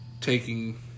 taking